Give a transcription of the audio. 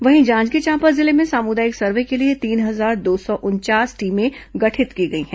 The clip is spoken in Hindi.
वहीं जांजगीर चांपा जिले में सामुदायिक सर्वे के लिए तीन हजार दो सौ उनचास टीमें गठित की गई हैं